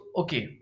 okay